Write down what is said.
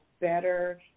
better